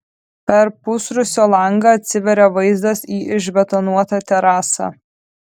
per pusrūsio langą atsiveria vaizdas į išbetonuotą terasą